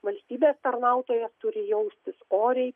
valstybės tarnautojas turi jaustis oriai